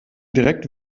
direkt